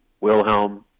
Wilhelm